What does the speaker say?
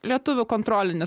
lietuvių kontrolinis